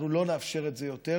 אנחנו לא נאפשר את זה יותר,